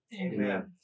Amen